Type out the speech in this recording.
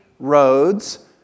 Roads